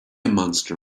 monster